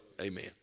Amen